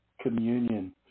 communion